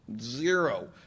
Zero